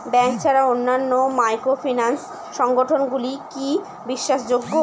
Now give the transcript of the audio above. Bank ছাড়া অন্যান্য microfinance সংগঠন গুলি কি বিশ্বাসযোগ্য?